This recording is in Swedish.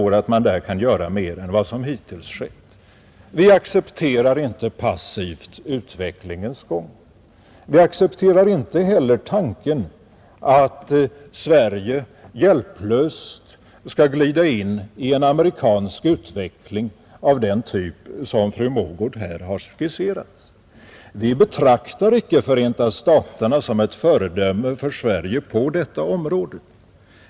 Vi accepterar inte passivt utvecklingens gång. Vi accepterar inte heller tanken att Sverige hjälplöst skall glida in i en amerikansk utveckling av den typ som fru Mogård här har skisserat. Vi betraktar inte Förenta staterna som ett föredöme för Sverige på detta område.